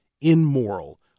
immoral